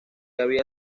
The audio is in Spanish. había